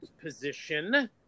position